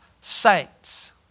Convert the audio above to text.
saints